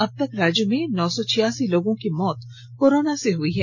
अब तक राज्य में नौ सौ छियासी लोगों की मौत कोरोना से हुई है